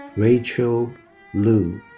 rachael lu.